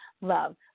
Love